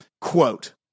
quote